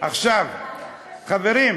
חברים,